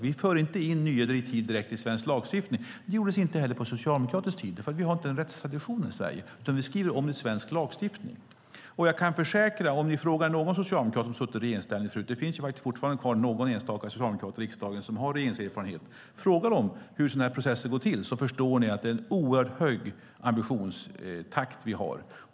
Vi för inte in nya direktiv direkt i svensk lagstiftning, och det gjordes inte heller under socialdemokratisk tid. Vi har inte den rättstraditionen i Sverige, utan vi skriver om den svenska lagstiftningen. Fråga någon socialdemokrat som suttit i regeringsställning - det finns fortfarande kvar någon enstaka socialdemokrat i riksdagen som har regeringserfarenhet - hur sådana här processer går till så förstår ni att det är en oerhört hög ambitionstakt vi har.